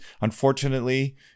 unfortunately